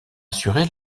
assuré